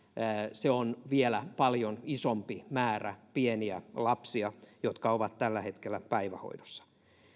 se on vielä paljon isompi määrä pieniä lapsia jotka ovat tällä hetkellä päivähoidossa